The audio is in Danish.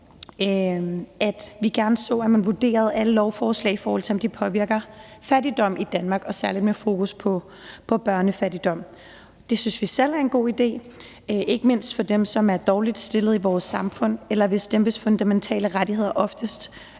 at vi gerne så, at man vurderede alle lovforslag, i forhold til om de påvirker fattigdom i Danmark, særlig med fokus på børnefattigdom. Det synes vi selv er en god idé, ikke mindst med henblik på dem, der er dårligst stillet i vores samfund, eller dem, hvis fundamentale rettigheder oftest